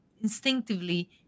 instinctively